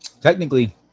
technically